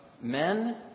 men